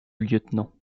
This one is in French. lieutenant